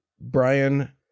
Brian